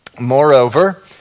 Moreover